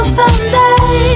someday